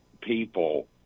people